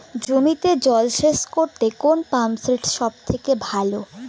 জমিতে জল সেচ করতে কোন পাম্প সেট সব থেকে ভালো?